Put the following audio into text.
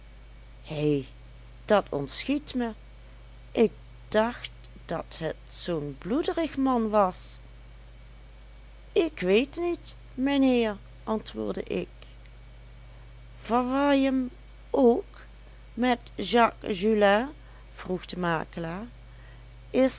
hé dat ontschiet me ik dacht dat het zoo'n bloederig man was ik weet niet mijnheer antwoordde ik verwar je hem ook met jacques julin vroeg de makelaar is